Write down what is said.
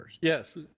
Yes